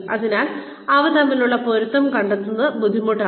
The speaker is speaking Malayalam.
അതിനാൽ ഇവ തമ്മിലുള്ള പൊരുത്തം കണ്ടെത്തുന്നത് ബുദ്ധിമുട്ടാണ്